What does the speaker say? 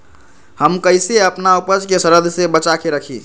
हम कईसे अपना उपज के सरद से बचा के रखी?